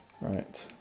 Right